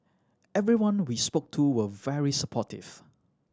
everyone we spoke to were very supportive